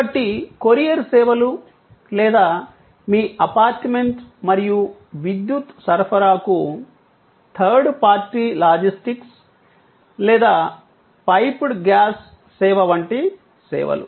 కాబట్టి కొరియర్ సేవలు లేదా మీ అపార్ట్మెంట్ మరియు విద్యుత్ సరఫరాకు థర్డ్ పార్టీ లాజిస్టిక్స్ లేదా పైప్డ్ గ్యాస్ సేవ వంటి సేవలు